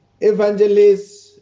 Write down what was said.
evangelists